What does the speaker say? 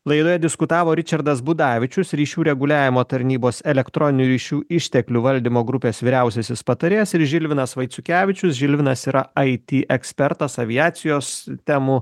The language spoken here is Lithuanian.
laidoje diskutavo ričardas budavičius ryšių reguliavimo tarnybos elektroninių ryšių išteklių valdymo grupės vyriausiasis patarėjas ir žilvinas vaiciukevičius žilvinas yra it ekspertas aviacijos temų